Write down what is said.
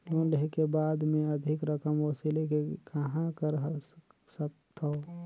Loan लेहे के बाद मे अधिक रकम वसूले के कहां कर सकथव?